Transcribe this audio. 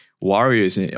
warriors